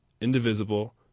indivisible